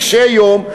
קשי יום,